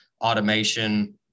automation